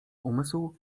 umysł